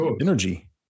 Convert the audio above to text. energy